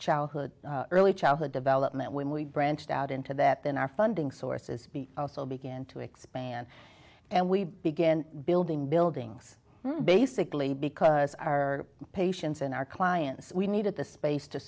childhood early childhood development when we branched out into that then our funding sources also began to expand and we began building buildings basically because our patients and our clients we needed the space to